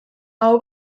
aho